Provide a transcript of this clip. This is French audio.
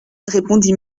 répondit